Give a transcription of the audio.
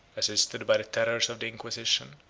assisted by the terrors of the inquisition,